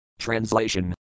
Translation